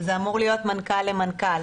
זה אמור להיות מנכ"ל למנכ"ל.